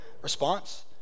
response